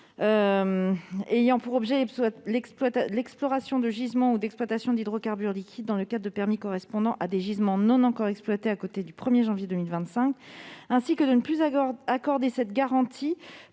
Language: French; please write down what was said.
ayant pour objet l'exploration ou l'exploitation de gisements d'hydrocarbures liquides dans le cadre de permis correspondant à des gisements non encore exploités à compter du 1 janvier 2025, ainsi que de ne plus accorder cette garantie